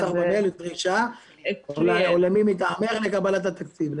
לך במייל דרישה או למי מטעמך לקבלת התקציב.